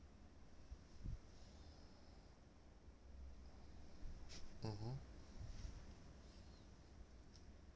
mmhmm